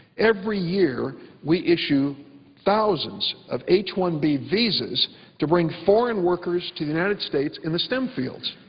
every year we issue thousands of h one b visas to bring foreign workers to the united states in the stem fields.